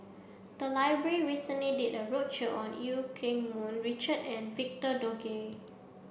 the library recently did a roadshow on Eu Keng Mun Richard and Victor Doggett